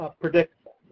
predictable